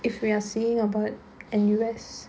if we are saying about N_U_S